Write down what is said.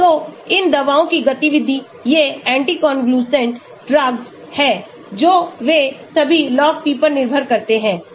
तो इन दवाओं की गतिविधि ये anticonvulsant ड्रग्स हैं जो वे सभी log P पर निर्भर करते हैं